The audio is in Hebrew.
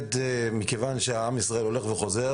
מכיוון שעם ישראל הולך וחוזר,